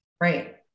right